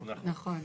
נכון.